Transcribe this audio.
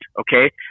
okay